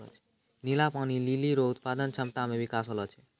नीला पानी लीली रो उत्पादन क्षमता मे बिकास होलो छै